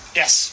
yes